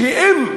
שאם,